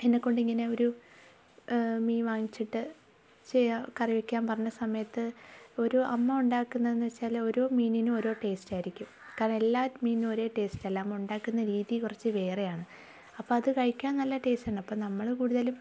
എന്നെക്കൊണ്ട് ഇങ്ങനെ ഒരു മീൻ വാങ്ങിച്ചിട്ട് ചെയ്യാം കറി വയ്ക്കാൻ പറഞ്ഞ സമയത്ത് ഒരു അമ്മ ഉണ്ടാക്കുന്നത് എന്ന് വെച്ചാൽ ഓരോ മീനിനും ഓരോ ടേസ്റ്റ് ആയിരിക്കും കാരണം എല്ലാ മീനിനും ഒരേ ടേസ്റ്റ് അല്ല അമ്മ ഉണ്ടാക്കുന്ന രീതി കുറച്ച് വേറെ ആണ് അപ്പോൾ അത് കഴിക്കാൻ നല്ല ടേസ്റ്റ് ഉണ്ടാകും അപ്പം നമ്മൾ കൂടുതലും